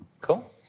Cool